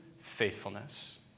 faithfulness